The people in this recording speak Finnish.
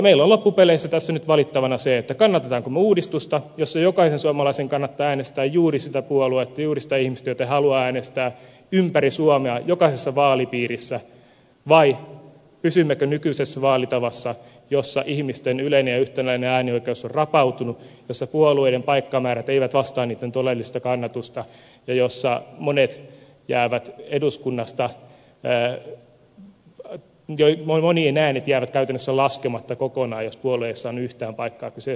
meillä on loppupeleissä tässä nyt valittavana se kannatammeko me uudistusta jossa jokaisen suomalaisen kannattaa äänestää juuri sitä puoluetta juuri sitä ihmistä jota haluaa äänestää ympäri suomea jokaisessa vaalipiirissä vai pysymmekö nykyisessä vaalitavassa jossa ihmisten yleinen ja yhtäläinen äänioikeus on rapautunut jossa puolueiden paikkamäärät eivät vastaa niitten todellista kannatusta ja jossa monet jäävät eduskunnasta monien äänet jäävät käytännössä laskematta kokonaan jos puolue ei ole saanut yhtään paikkaa kyseisessä vaalipiirissä